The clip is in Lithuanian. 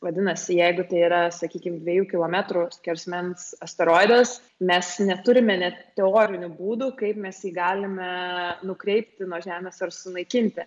vadinasi jeigu tai yra sakykim dviejų kilometrų skersmens asteroidas mes neturime net teorinių būdų kaip mes jį galime nukreipti nuo žemės ar sunaikinti